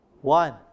One